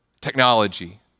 technology